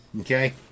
okay